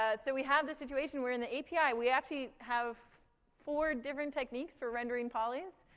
ah so we have this situation where in the api, we actually have four different techniques for rendering polys.